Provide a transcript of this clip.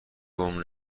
قوم